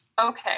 Okay